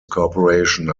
corporation